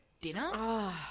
dinner